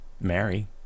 mary